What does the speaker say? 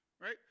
Right